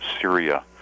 Syria